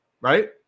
right